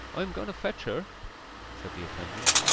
i am going to fetch her said the attendant.